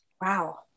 Wow